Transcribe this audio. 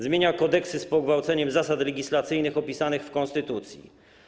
Zmienia kodeksy z pogwałceniem zasad legislacyjnych opisanych w konstytucji.